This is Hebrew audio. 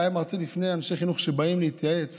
הוא היה מרצה בפני אנשי חינוך שבאים להתייעץ